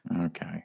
Okay